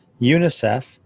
UNICEF